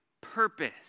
purpose